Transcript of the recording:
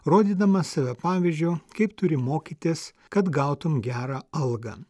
rodydamas save pavyzdžio kaip turi mokytis kad gautum gerą algą